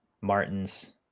Martins